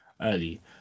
early